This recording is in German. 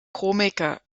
komiker